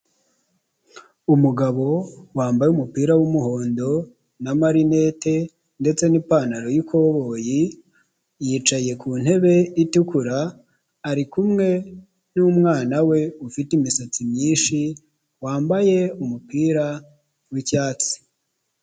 Umugabo wambaye umupira w'umuhondo n'amarinete ndetse n'ipantaro y'ikoboyi yicaye ku ntebe itukura ari kumwe n'umwana we ufite imisatsi myinshi wambaye umupira w'icyatsi.